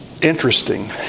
interesting